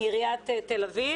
מעיריית תל אביב.